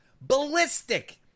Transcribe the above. Ballistic